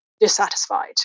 dissatisfied